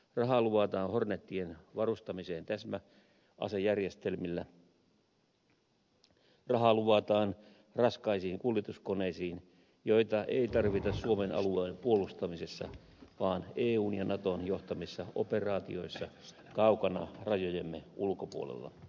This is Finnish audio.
rahaa luvataan hornetien varustamiseen täsmäasejärjestelmillä rahaa luvataan raskaisiin kuljetuskoneisiin joita ei tarvita suomen alueen puolustamisessa vaan eun ja naton johtamissa operaatioissa kaukana rajojemme ulkopuolella